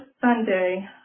Sunday